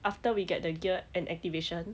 after we get the gear and activation